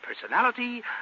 personality